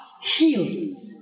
healed